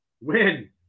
win